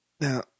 Now